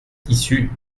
issus